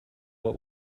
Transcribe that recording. what